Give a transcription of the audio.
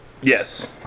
Yes